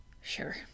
Sure